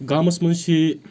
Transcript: گامَس منٛز چھِ